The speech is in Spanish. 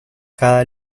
cada